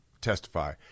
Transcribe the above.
testify